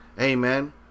Amen